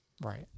Right